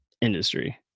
industry